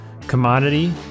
commodity